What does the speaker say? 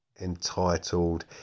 entitled